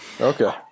Okay